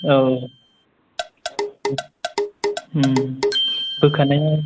औ बोखानाय